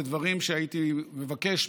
אלה דברים שהייתי מבקש,